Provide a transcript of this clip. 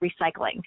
recycling